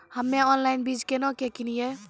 हम्मे ऑनलाइन बीज केना के किनयैय?